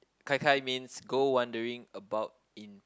gai-gai means go wondering about in